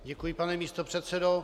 Děkuji, pane místopředsedo.